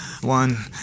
one